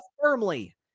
firmly